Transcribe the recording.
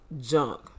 junk